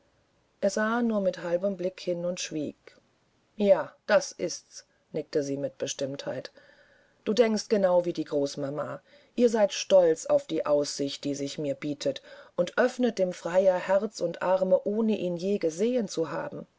er sah nur mit halbem blick hin und schwieg ja das ist's nickte sie mit bestimmtheit du denkst genau wie die großmama ihr seid stolz auf die aussicht die sich mir bietet und öffnet dem freier herz und arme ohne ihn je gesehen zu haben